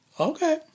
Okay